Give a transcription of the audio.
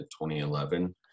2011